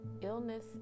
illness